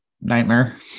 Nightmare